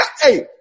Hey